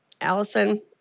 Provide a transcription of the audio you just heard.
Allison